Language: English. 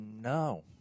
No